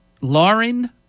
Lauren